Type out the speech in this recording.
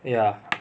ya